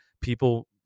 People